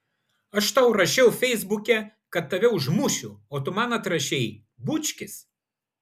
aš tau rašiau feisbuke kad tave užmušiu o tu man atrašei bučkis